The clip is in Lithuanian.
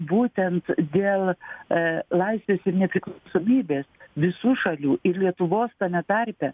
būtent dėl e laisvės ir nepriklausomybės visų šalių ir lietuvos tame tarpe